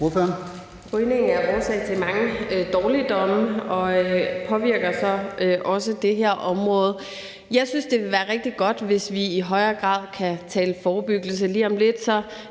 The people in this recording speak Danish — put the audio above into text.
Rygning er årsag til mange dårligdomme og påvirker så også det her område. Jeg synes, det vil være rigtig godt, hvis vi i højere grad kan tale forebyggelse. Lige om lidt,